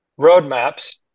roadmaps